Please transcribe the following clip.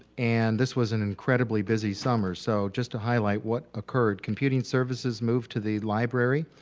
and this was an incredibly busy summer so just to highlight what occurred. computing services moved to the library.